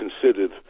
considered